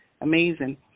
amazing